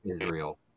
Israel